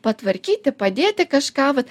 patvarkyti padėti kažką vat